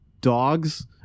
dogs